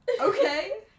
Okay